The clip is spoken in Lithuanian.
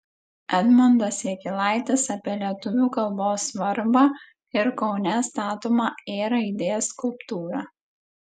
edmundas jakilaitis apie lietuvių kalbos svarbą ir kaune statomą ė raidės skulptūrą